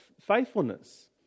faithfulness